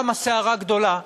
קמה סערה גדולה,